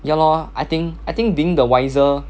ya lor I think I think being the wiser